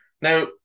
Now